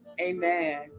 amen